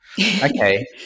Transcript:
Okay